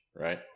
right